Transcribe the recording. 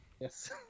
Yes